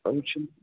یِم چھِنہٕ